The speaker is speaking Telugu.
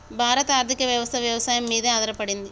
భారత ఆర్థికవ్యవస్ఠ వ్యవసాయం మీదే ఆధారపడింది